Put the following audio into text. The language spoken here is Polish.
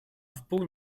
wpół